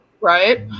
right